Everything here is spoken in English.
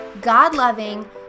God-loving